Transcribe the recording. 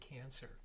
cancer